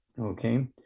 okay